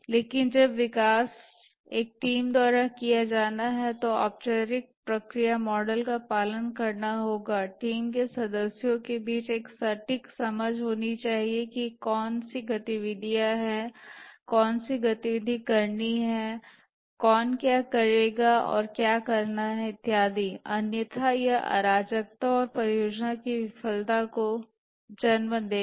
लेकिन जब विकास एक टीम द्वारा किया जाना है तो औपचारिक प्रक्रिया मॉडल का पालन करना होगा टीम के सदस्यों के बीच एक सटीक समझ होनी चाहिए कि कौन सी गतिविधियां हैं कौन सी गतिविधि करनी है कौन क्या करेगा और क्या करना है इत्यादि अन्यथा यह अराजकता और परियोजना की विफलता को जन्म देगा